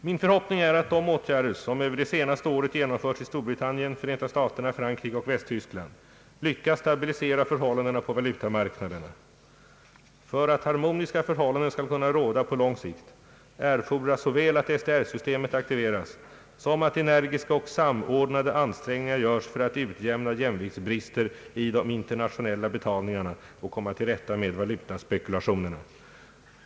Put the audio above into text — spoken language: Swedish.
Min förhoppning är att de åtgärder som över det senaste året genomförts i Storbritannien, Förenta staterna, Frankrike och Västtyskland lyckas stabilisera förhållandena på valutamarknaderna. För att harmoniska förhållanden skall kunna råda på lång sikt erfordras såväl att SDR-systemet aktiveras som att energiska och samordnade ansträngningar görs för att utjämna jämviktsbrister i de internationella betalningarna och komma till rätta med valutaspekulationerna.